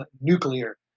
nuclear